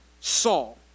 saul